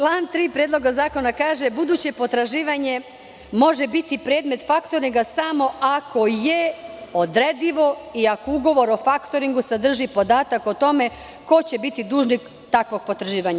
Član 3. Predloga zakona kaže da buduće potraživanje može biti predmet faktoringa samo ako je odredivo i ako ugovor o faktoringu sadrži podatak o tome ko će biti dužnik takvog potraživanja.